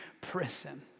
prison